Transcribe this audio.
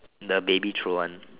the baby throw one